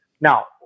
Now